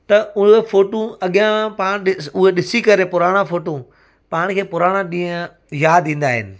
त उहा फ़ोटूं अॻियां पाण ॾिस उहे ॾिसी करे पुराणा फ़ोटूं पाण खे पुराणा ॾींहं यादि ईंदा आहिनि